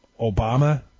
Obama